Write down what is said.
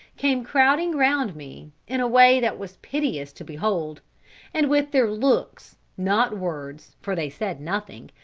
came crowding round me, in a way that was piteous to behold and with their looks, not words, for they said nothing,